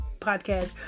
podcast